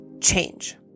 change